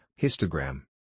Histogram